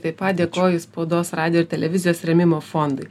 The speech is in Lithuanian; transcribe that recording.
taip pat dėkoju spaudos radijo ir televizijos rėmimo fondui